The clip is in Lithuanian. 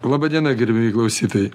laba diena gerbiamieji klausytojai